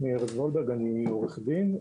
שמי ארז וולברג, אני עורך דין.